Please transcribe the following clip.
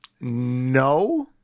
no